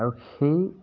আৰু সেই